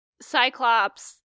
Cyclops